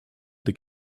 they